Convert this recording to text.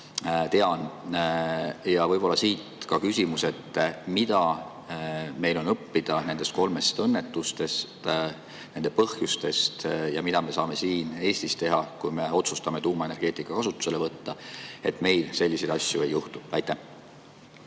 Ja siit ka küsimus: mida meil on õppida nendest kolmest õnnetusest ja nende põhjustest ning mida me saame siin Eestis teha, kui me otsustame tuumaenergeetika kasutusele võtta, et meil selliseid asju ei juhtuks? Aitäh!